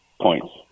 points